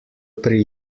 pri